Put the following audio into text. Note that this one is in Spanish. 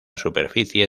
superficie